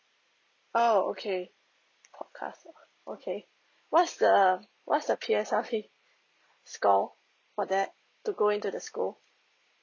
oh okay forecast uh okay what's the what's the P_S_L_E score for that to go into the school